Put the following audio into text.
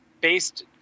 based